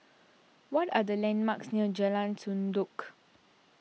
what are the landmarks near Jalan Sendudok